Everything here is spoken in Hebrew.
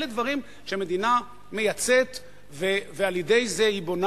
אלה דברים שהמדינה מייצאת ועל-ידי זה היא בונה